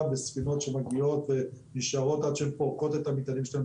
בספינות שנשארות עד שהן פורקות את המטענים שלהן,